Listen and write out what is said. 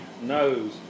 knows